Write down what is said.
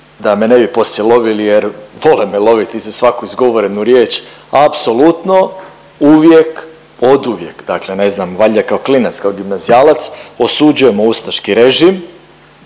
da me ne bi poslije lovili jer vole me loviti za svaku izgovorenu riječ. Apsolutno, uvijek, oduvijek, dakle ne znam valjda kao klinac kao gimnazijalac osuđujemo ustaški režim